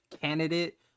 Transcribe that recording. candidate